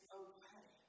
okay